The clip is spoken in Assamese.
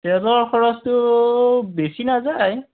তেলৰ খৰচটো বেছি নাযায়